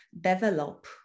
develop